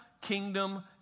kingdom